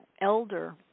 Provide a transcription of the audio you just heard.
elder